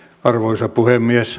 arvoisa puhemies